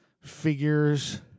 figures